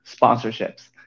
sponsorships